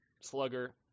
slugger